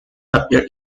appear